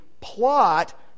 plot